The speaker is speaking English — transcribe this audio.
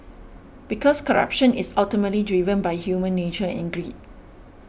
because corruption is ultimately driven by human nature and greed